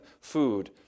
food